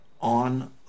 on